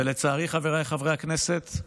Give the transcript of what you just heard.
ולצערי, חבריי חברי הכנסת,